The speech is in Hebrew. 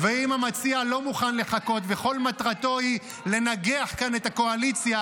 אם המציע לא מוכן לחכות וכל מטרתו היא לנגח כאן את הקואליציה,